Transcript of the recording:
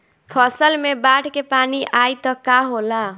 फसल मे बाढ़ के पानी आई त का होला?